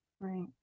Right